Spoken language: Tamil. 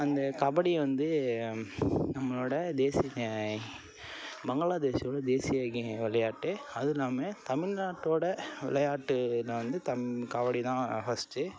அந்த கபடியை வந்து நம்மளோட தேசிய பங்களாதேஷோட தேசிய விளையாட்டு அதுவும் இல்லாமல் தமிழ்நாட்டோட விளையாட்டுனா வந்து கபடி தான் ஃபர்ஸ்ட்டு